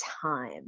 time